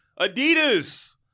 Adidas